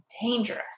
dangerous